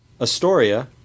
Astoria